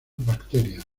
bacterias